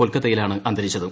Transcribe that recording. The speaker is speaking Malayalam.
കൊൽക്കത്തയിലാണ് അന്തരിച്ചത്